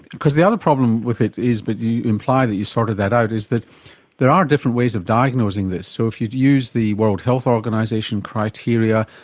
because the other problem with it is, but you imply that you sorted that out, is that there are different ways of diagnosing this. so if you use the world health organisation criteria,